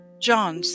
John